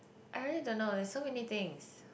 I really don't know there so many things